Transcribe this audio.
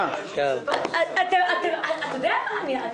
מה קרה?